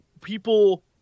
people